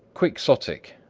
quixotic,